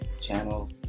Channel